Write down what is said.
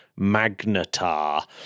Magnetar